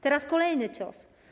Teraz kolejny cios.